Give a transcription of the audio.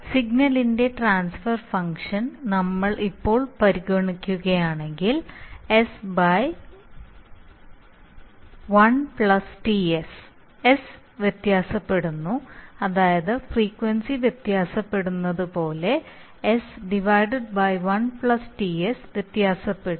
സിഗ്നലിന്റെ transfer function നമ്മൾ ഇപ്പോൾ പരിഗണിക്കുകയാണെങ്കിൽ S 1Ts S വ്യത്യാസപ്പെടുന്നു അതായത് ഫ്രീക്വൻസി വ്യത്യാസപ്പെടുന്നതുപോലെ S 1Ts വ്യത്യാസപ്പെടും